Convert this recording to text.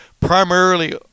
primarily